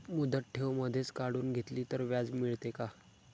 मुदत ठेव मधेच काढून घेतली तर व्याज मिळते का?